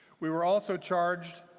we were also charged